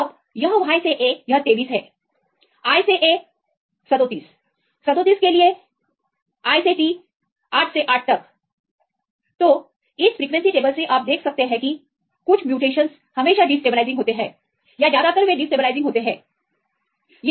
अब यह Y से A यह 23 है I से A 37 37के लिए I से T 8 से 8 तक तो इस फ्रीक्वेंसी टेबल से आप देख सकते हैं कि कुछ म्यूटेशनस हमेशा डिस्टेबलाइजिंग होते हैं या ज्यादातर वे डिस्टेबलाइजिंग होते हैं